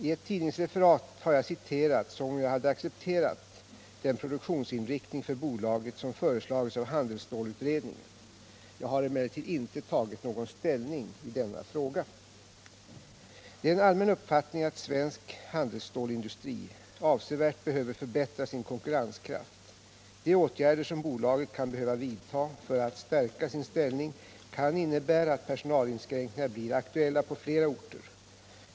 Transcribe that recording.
I ett tidningsreferat har jag citerats som om jag hade accepterat den produktionsinriktning för bolaget som föreslagits av handelsstålutredningen. Jag har emellertid inte tagit någon ställning i denna fråga. Det är en allmän uppfattning att svensk handelsstålindustri avsevärt behöver förbättra sin konkurrenskraft. De åtgärder som bolaget kan behöva vidta för att stärka sin ställning kan innebära att personalinskränkningar blir aktuella på flera orter.